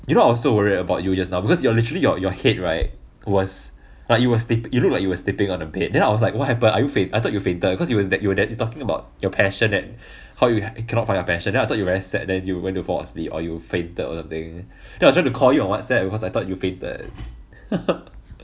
you know I was so worried about you just now because you are literally your your head right was like you was sleeping you look like you were sleeping on a bed then I was like what happened are you faint I thought you fainted because he was there you were there talking about your passion and how you cannot find your passion then I thought you very sad then you went to fall asleep or you fainted or something then I tried to call you on whatsapp because I thought you fainted